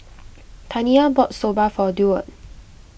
Taniya bought Soba for Deward